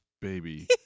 baby